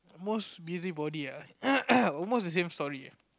most busy body ah almost the same story